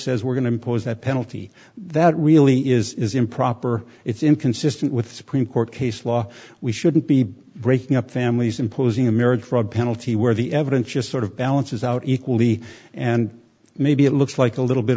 says we're going to impose that penalty that really is improper it's inconsistent with supreme court case law we shouldn't be breaking up families imposing a marriage fraud penalty where the evidence just sort of balances out equally and maybe it looks like a little bit